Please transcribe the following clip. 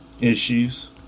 issues